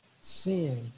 sin